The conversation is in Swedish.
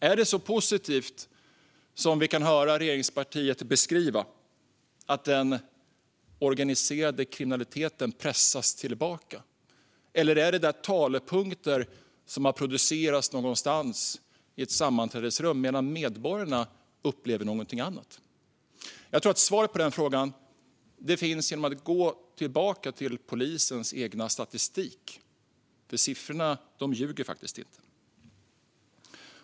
Är det så positivt som vi kan höra regeringspartiet beskriva - att den organiserade kriminaliteten pressas tillbaka? Eller är det talepunkter som produceras i ett sammanträdesrum medan medborgarna upplever någonting annat? Jag tror att svaret på frågan finns i polisens egen statistik, för siffrorna ljuger inte.